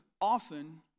often